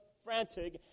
frantic